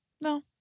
no